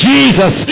Jesus